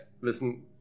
Listen